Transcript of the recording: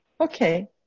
Okay